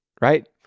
Right